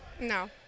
No